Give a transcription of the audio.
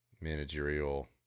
managerial